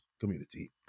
community